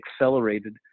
accelerated